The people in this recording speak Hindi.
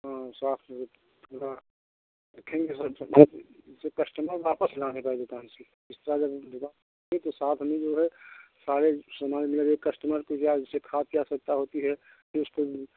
वो साथ मे पूरा रखेंगे सर कस्टमर वापस न आने पाए दुकान से इस तरह जब है इसी के साथ मे जो है सारे सामान मिलेंगे कस्टमर को क्या उसे खाद की आवशकता होती है फिर उसको